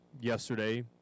yesterday